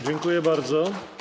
Dziękuję bardzo.